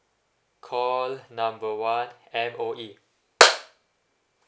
call number one M_O_E